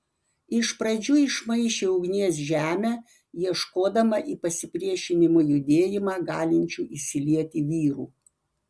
iš pradžių išmaišė ugnies žemę ieškodama į pasipriešinimo judėjimą galinčių įsilieti vyrų